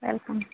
welcome